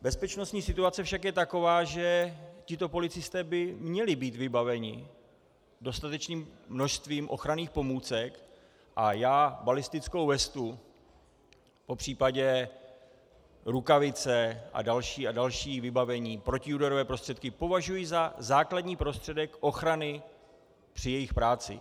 Bezpečnostní situace však je taková, že tito policisté by měli být vybaveni dostatečným množstvím ochranných pomůcek, a já balistickou vestu, popř. rukavice a další a další vybavení, protiúderové prostředky považuji za základní prostředek ochrany při jejich práci.